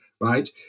right